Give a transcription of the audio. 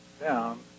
down